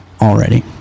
Already